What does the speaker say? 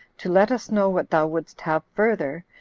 to let us know what thou wouldst have further,